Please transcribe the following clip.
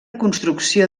construcció